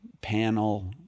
panel